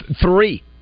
three